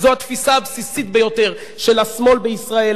זו התפיסה הבסיסית ביותר של השמאל בישראל,